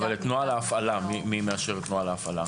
אבל מי מאשר את נוהל ההפעלה?